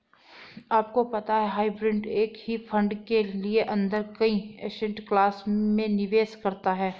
आपको पता है हाइब्रिड एक ही फंड के अंदर कई एसेट क्लास में निवेश करता है?